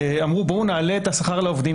אמרו: בואו נעלה את השכר לעובדים,